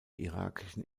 irakischen